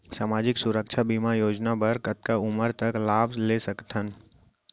सामाजिक सुरक्षा बीमा योजना बर कतका उमर तक लाभ ले सकथन?